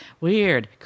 Weird